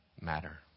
matter